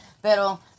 Pero